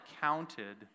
counted